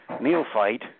neophyte